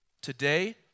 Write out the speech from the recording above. today